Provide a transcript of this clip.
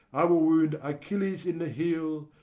i will wound achilles in the heel,